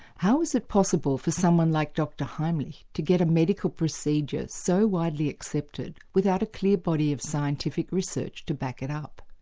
how is it possible for someone like dr heimlich to get a medical procedure so widely accepted without a clear body of scientific research to back it up?